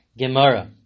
Gemara